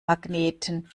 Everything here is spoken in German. magneten